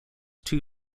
too